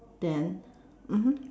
then mmhmm